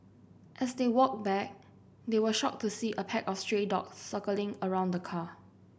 as they walked back they were shocked to see a pack of stray dogs circling around the car